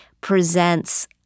presents